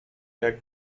jak